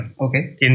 Okay